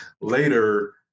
later